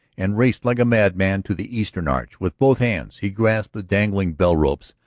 and raced like a madman to the eastern arch. with both hands he grasped the dangling bell-ropes,